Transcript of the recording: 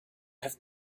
have